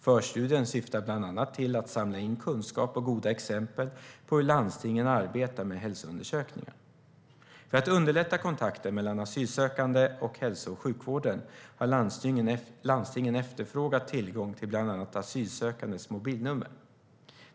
Förstudien syftar bland annat till att samla in kunskap och goda exempel på hur landstingen arbetar med hälsoundersökningar. För att underlätta kontakten mellan asylsökanden och hälso och sjukvården har landstingen efterfrågat tillgång till bland annat asylsökandes mobilnummer.